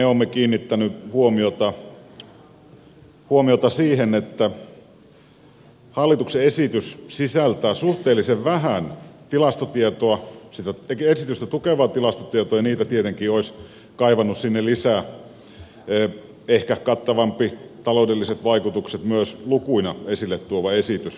me olemme kiinnittäneet huomiota siihen että hallituksen esitys sisältää suhteellisen vähän esitystä tukevaa tilastotietoa ja sitä tietenkin olisi kaivannut sinne lisää ehkä kattavampaa taloudelliset vaikutukset myös lukuina esille tuovaa esitystä